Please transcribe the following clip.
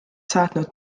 saatnud